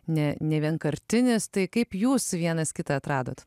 ne nevienkartinis tai kaip jūs vienas kitą atradot